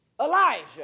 Elijah